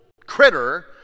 critter